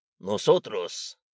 Nosotros